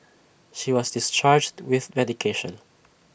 she was discharged with medication